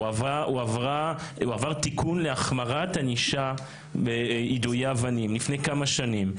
הועבר תיקון להחמרת ענישה ביידויי אבנים לפני כמה שנים,